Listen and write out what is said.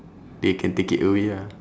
they can take it away ah